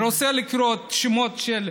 אני רוצה לקרוא בשמות של,